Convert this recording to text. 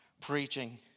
preaching